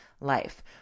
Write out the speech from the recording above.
life